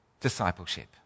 discipleship